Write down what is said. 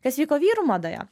kas vyko vyrų madoje